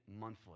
monthly